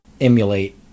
emulate